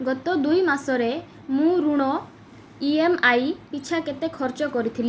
ଗତ ଦୁଇ ମାସରେ ମୁଁ ଋଣ ଇ ଏମ୍ ଆଇ ପିଛା କେତେ ଖର୍ଚ୍ଚ କରିଥିଲି